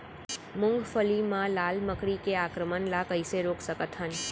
मूंगफली मा लाल मकड़ी के आक्रमण ला कइसे रोक सकत हन?